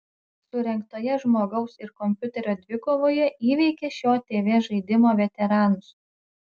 surengtoje žmogaus ir kompiuterio dvikovoje įveikė šio tv žaidimo veteranus